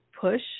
push